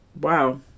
wow